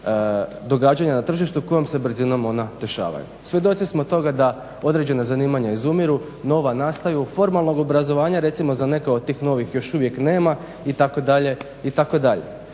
događanja na tržištu kojom se brzinom ona dešavaju. Svjedoci smo toga da određena zanimanja izumiru, nova nastaju, formalnog obrazovanja recimo za neka od tih novih još uvijek nema itd.